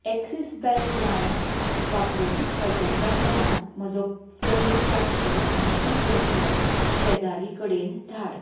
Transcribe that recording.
axis bank लायम वापरून सद्याच्या प्लॅनांत म्हजो फोन रिचार्ज कर आनी तीच रक्कम शेजारी कडेन धाड